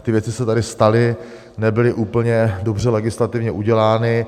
Ty věci se tady staly, nebyly úplně dobře legislativně udělány.